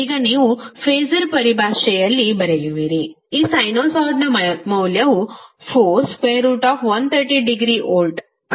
ಈಗ ನೀವು ಫಾಸರ್ ಪರಿಭಾಷೆಯಲ್ಲಿ ಬರೆಯುವಿರಿ ಈ ಸೈನುಸಾಯ್ಡ್ನ ಮೌಲ್ಯವು4∠130 ಡಿಗ್ರಿ ವೋಲ್ಟ್ ಆಗಿದೆ